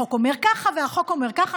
החוק אומר ככה והחוק אומר ככה.